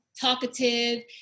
talkative